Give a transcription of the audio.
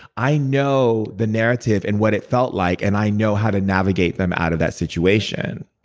i know the narrative and what it felt like. and i know how to navigate them out of that situation